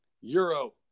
Euro